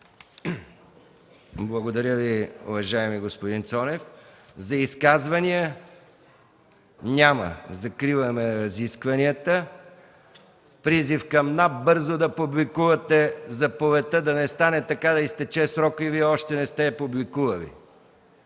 Благодаря Ви, уважаеми господин Цонев. Изказвания? Няма. Закриваме разискванията. Призив към НАП – бързо да публикувате заповедта, за да не стане така, че да изтече срокът и Вие още да не сте я публикували,